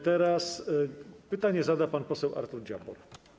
Teraz pytanie zada pan poseł Artur Dziambor.